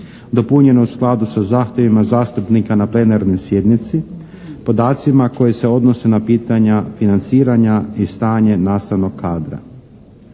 dopunjeno u skladu sa zahtjevima zastupnika na plenarnoj sjednici podacima koji se odnose na pitanja financiranja i stanje nastavnog kadra.